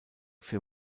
für